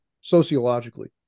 sociologically